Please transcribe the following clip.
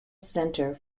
center